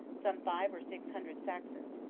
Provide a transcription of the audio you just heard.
some five or six hundred sax ons,